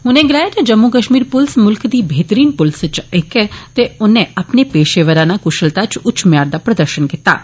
उनें गलाया जे जम्मू कश्मीर पुलस मुल्ख दी बेहतरीन पुलस इचा इक्क ऐ ते औने अपनी पेशेवाराना कुशलता च उच्च म्यार दा प्रदर्शन कीता ऐ